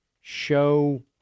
show